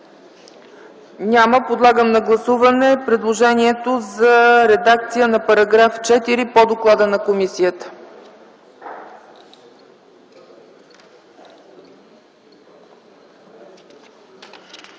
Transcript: Няма. Подлагам на гласуване предложението за редакция на § 4 по доклада на комисията.